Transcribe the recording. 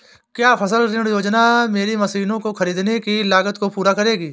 क्या फसल ऋण योजना मेरी मशीनों को ख़रीदने की लागत को पूरा करेगी?